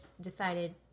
decided